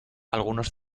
algunos